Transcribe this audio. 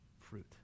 fruit